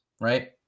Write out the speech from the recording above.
right